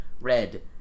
red